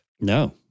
No